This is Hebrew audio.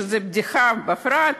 שזה בדיחה בפרט,